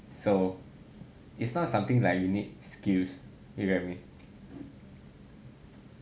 so it's not something like you need skills you get what I mean